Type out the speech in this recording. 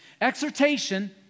Exhortation